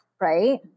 Right